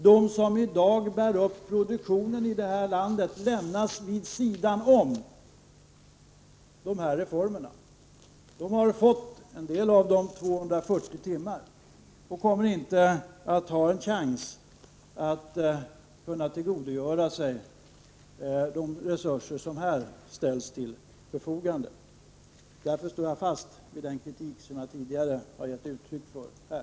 De som i dag bär upp produktionen i det här landet lämnas vid sidan om denna reform. En del av dem har fått 240 timmars undervisning. De kommer inte att ha en chans att kunna tillgodogöra sig de resurser som här ställs till förfogande. Därför står jag fast vid den kritik som jag tidigare har gett uttryck för här.